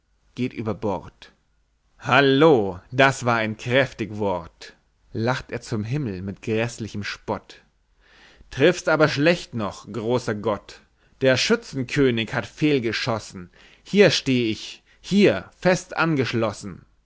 geht über bord halloh das war ein kräftig wort lacht er zum himmel mit gräßlichem spott triffst aber schlecht noch großer gott der schützenkönig hat fehl geschossen hier steh ich hier fest angeschlossen